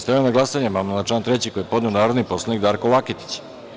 Stavljam na glasanje amandman na član 3. koji je podneo narodni poslanik Darko Laketić.